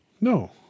No